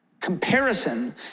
Comparison